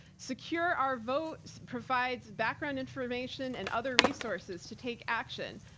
secure our votes provides background information and other resources to take action.